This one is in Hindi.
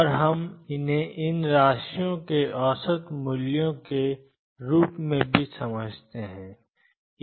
और हम इसे इन राशियों के औसत मूल्यों के रूप में भी समझते हैं